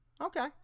Okay